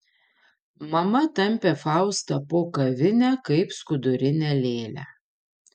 mama tampė faustą po kavinę kaip skudurinę lėlę